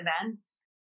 events